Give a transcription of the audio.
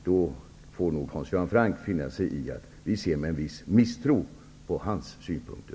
Då får Hans Göran Franck finna sig i att vi ser med viss misstro på hans synpunkter.